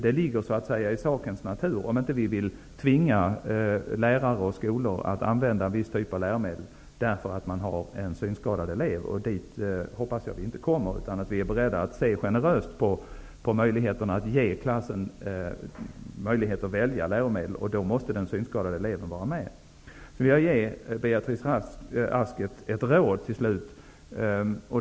Det ligger i sakens natur om vi inte vill tvinga lärare och skolor att använda en viss typ av läromedel därför att man har en synskadad elev. Jag hoppas att vi inte skall komma dit, utan att vi är beredda att se generöst på möjligheterna att ge klassen möjlighet att välja läromedel. Då måste den synskadade eleven vara med. Sedan vill jag till slut ge Beatrice Ask ett råd.